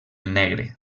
negre